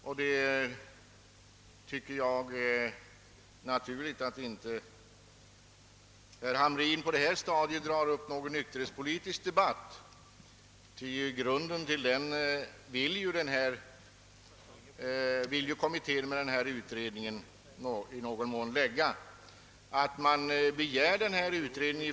Jag tycker att det är naturligt att herr Hamrin i Jönköping på detta stadium inte drar upp någon nykterhetspolitisk debatt, ty alkoholpolitiska kommittén har ju i någon mån velat med sin utredning lägga grunden till en sådan.